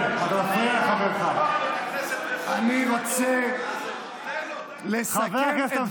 לכן אני רוצה לומר ל-57 השפוטים של התנועה